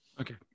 okay